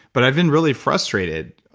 but i've been really frustrated,